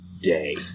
day